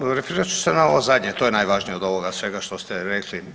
Da, pa referirat ću se na ovo zadnje, to je najvažnije od ovoga svega što ste rekli.